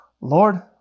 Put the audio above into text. Lord